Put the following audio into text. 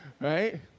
Right